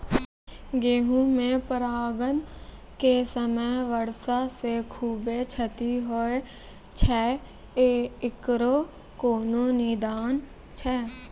गेहूँ मे परागण के समय वर्षा से खुबे क्षति होय छैय इकरो कोनो निदान छै?